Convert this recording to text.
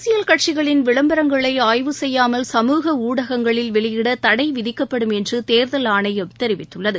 அரசியல் கட்சிகளின் விளம்பரங்களை ஆய்வு செய்யாமல் சமூக ஊடகங்களில் வெளியிட தடை விதிக்கப்படும் என்று தேர்தல் ஆணையம் தெரிவித்துள்ளது